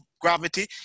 gravity